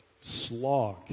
slog